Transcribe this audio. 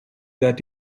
that